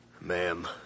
Ma'am